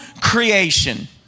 creation